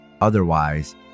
Otherwise